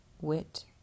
wit